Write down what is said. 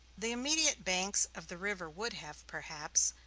the immediate banks of the river would have, perhaps,